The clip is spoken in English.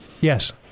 Yes